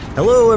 Hello